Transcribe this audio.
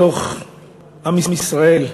בתוך עם ישראל,